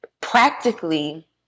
practically